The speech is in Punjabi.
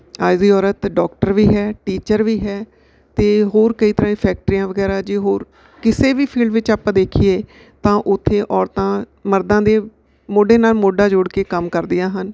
ਅੱਜ ਦੀ ਔਰਤ ਤਾਂ ਡੋਕਟਰ ਵੀ ਹੈ ਟੀਚਰ ਵੀ ਹੈ ਅਤੇ ਹੋਰ ਕਈ ਤਰ੍ਹਾਂ ਦੀਆਂ ਫੈਕਟਰੀਆਂ ਵਗੈਰਾ ਜੇ ਹੋਰ ਕਿਸੇ ਵੀ ਫੀਲਡ ਵਿੱਚ ਆਪਾਂ ਦੇਖੀਏ ਤਾਂ ਉੱਥੇ ਔਰਤਾਂ ਮਰਦਾਂ ਦੇ ਮੋਢੇ ਨਾਲ ਮੋਢਾ ਜੋੜ ਕੇ ਕੰਮ ਕਰਦੀਆਂ ਹਨ